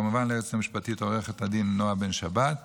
כמובן ליועץ המשפטית עו"ד נעה בן שבת,